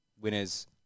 winners